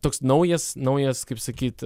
toks naujas naujas kaip sakyt